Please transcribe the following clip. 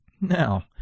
Now